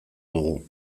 dugu